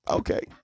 okay